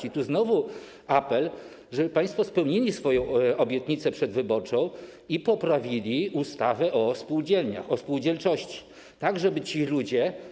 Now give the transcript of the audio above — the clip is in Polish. I tu znowu apel, żeby państwo spełnili swoją obietnicę przedwyborczą i poprawili ustawę o spółdzielniach, o spółdzielczości, tak żeby ci ludzie.